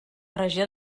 regió